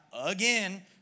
again